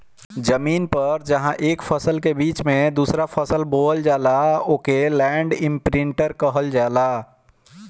जमीन पर जहां एक फसल के बीच में दूसरा फसल बोवल जाला ओके लैंड इमप्रिन्टर कहल जाला